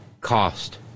cost